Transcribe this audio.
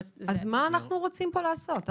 אז מה אנחנו רוצים פה לעשות?